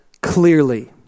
clearly